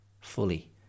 fully